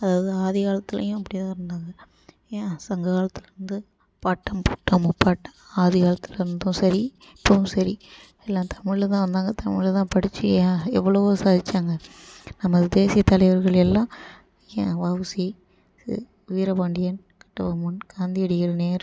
அதாவது ஆதிகாலத்துலேயும் அப்படியேதான் இருந்தாங்க ஏன் சங்ககாலத்துலேருந்து பாட்டன் பூட்டன் முப்பாட்டன் ஆதிகாலத்துலேந்தும் சரி இப்போவும் சரி எல்லாம் தமிழில் தான் வந்தாங்க தமிழில் தான் படித்து ஏன் எவ்ளோவோ சாதிச்சாங்க நம்ம தேசிய தலைவர்கள் எல்லாம் ஏன் வஉசி வீரபாண்டியன் கட்டபொம்மன் காந்தியடிகள் நேரு